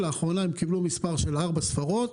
לאחרונה הם קיבלנו מספר של ארבע ספרות.